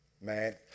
Man